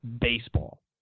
baseball